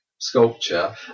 sculpture